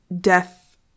death